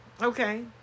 Okay